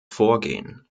vorgehen